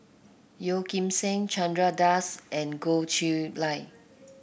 Yeo Kim Seng Chandra Das and Goh Chiew Lye